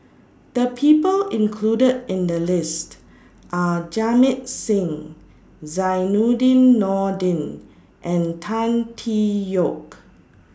The People included in The list Are Jamit Singh Zainudin Nordin and Tan Tee Yoke